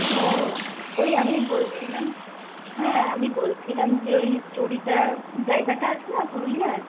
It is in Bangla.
ও ওই আমি বলছিলাম হ্যাঁ আমি বলছিলাম যে ওই চড়িদা জায়গাটা আছে না পুরুলিয়ায়